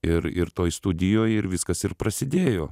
ir ir toj studijoj ir viskas ir prasidėjo